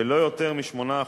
ולא יותר מ-8%,